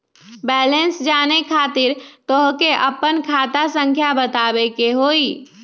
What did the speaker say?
Balance जाने खातिर तोह के आपन खाता संख्या बतावे के होइ?